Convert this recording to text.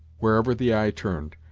wherever the eye turned,